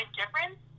difference